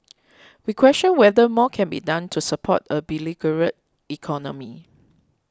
we question whether more can be done to support a beleaguered economy